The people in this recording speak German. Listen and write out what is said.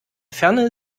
ferne